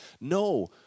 No